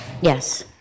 Yes